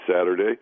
Saturday